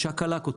צ'קלקות,